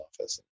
office